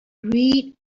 read